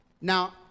Now